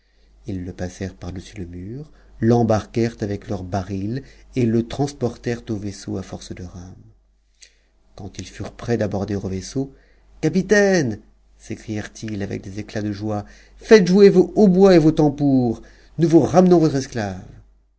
ils le passèrent par-dessus le mur i'cn'b puèrent avec leurs i ari s et le transportèrent au vaisseau à cc rames quand ils furent près d'aborder au v aisseau capitaine s rent ils avec des ëctats de joie laites jouer vos hautbois et vos ta nous vous ramenons votre esclave